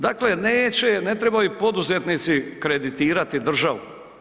Dakle, neće, ne trebaju poduzetnici kreditirati državu.